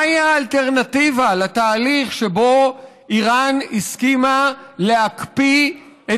מה היא האלטרנטיבה לתהליך שבו איראן הסכימה להקפיא את